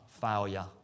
failure